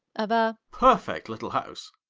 of a perfect little house,